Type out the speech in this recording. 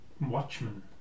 watchmen